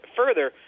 further